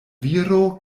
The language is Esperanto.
viro